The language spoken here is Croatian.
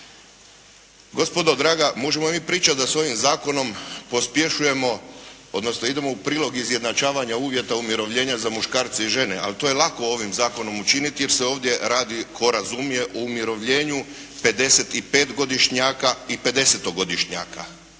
Gospodo draga, možemo mi pričati da sa ovim zakonom pospješujemo odnosno idemo u prilog izjednačavanja uvjeta umirovljenja za muškarce i žene ali to je lako ovim zakonom učiniti jer se ovdje radi tko razumije o umirovljenju 55 godišnjaka i 50 godišnjaka